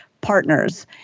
partners